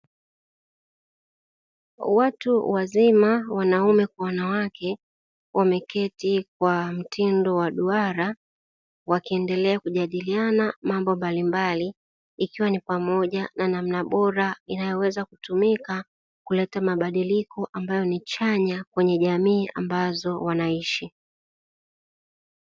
Watu wazima wanaume kwa wanawake wameketi kwa mtindo wa duara wakiendelea kujadiliana mambo mbalimbali, ikiwa ni pamoja na namna bora inayoweza kutumika kuleta mabadiliko ambayo ni chanya kenye jamii ambzao wanaishi.